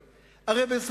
הרי במה זה יועיל?